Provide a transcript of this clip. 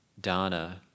Dana